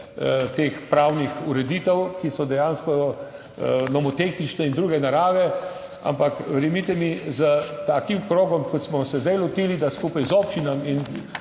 teh pravnih ureditev, ki so dejansko nomotehnične in druge narave. Ampak verjemite mi, s takim krogom, kot smo se zdaj lotili, da skupaj z občinami